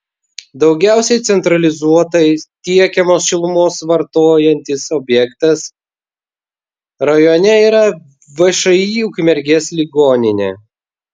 daugiausiai centralizuotai tiekiamos šilumos vartojantis objektas rajone yra všį ukmergės ligoninė